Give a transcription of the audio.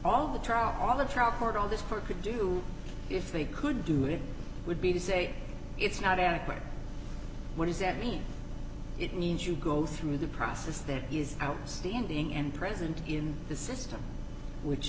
all the trial all the trial court all this power could do if they could do it would be to say it's not adequate what does that mean it means you go through the process there is outstanding and present in the system which